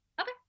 okay